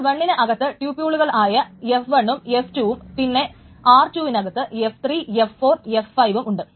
r1 ന് അകത്ത് ട്യൂപുളുകളായ f1 ഉം f2 ഉം പിന്നെ r2 വിനകത്ത് f3 f4 f5 ഉം ഉണ്ട്